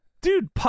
Dude